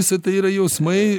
visa tai yra jausmai